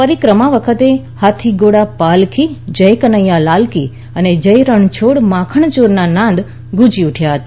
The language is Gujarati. પરિક્રમા વખતે હાથી ઘોડા પાલખી જય કનૈયાલાલ કી અને જય રણછોડ માખણ ચોર ના નાદ ગુંજી ઉઠ્યા હતા